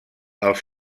els